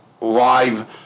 Live